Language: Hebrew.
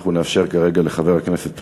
אנחנו נאפשר כרגע לחבר הכנסת מוזס.